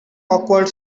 awkward